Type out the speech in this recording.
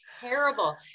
terrible